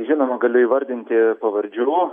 žinoma galiu įvardinti pavardžių